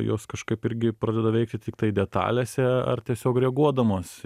jos kažkaip irgi pradeda veikti tiktai detalėse ar tiesiog reaguodamos